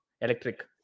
electric